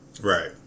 Right